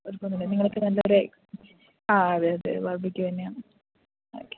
കുഴപ്പമൊന്നുമില്ല നിങ്ങൾക്ക് നല്ലൊരു ആ അതെയതെ ബാർബിക്ക്യു തന്നെയാന്ന് ഒക്കെ